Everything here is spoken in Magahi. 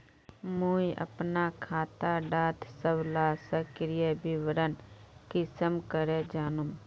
मुई अपना खाता डार सबला सक्रिय विवरण कुंसम करे जानुम?